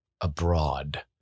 abroad